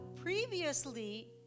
previously